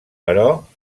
però